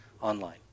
online